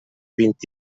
vint